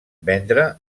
vendre